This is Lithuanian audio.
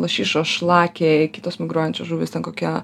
lašišos šlakiai kitos migruojančios žuvys ten kokia